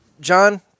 John